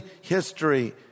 history